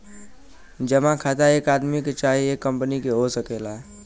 जमा खाता एक आदमी के चाहे एक कंपनी के हो सकेला